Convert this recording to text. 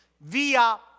via